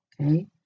Okay